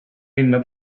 minna